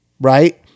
right